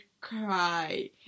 cry